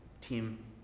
team